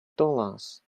dollars